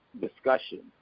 discussion